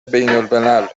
بینالملل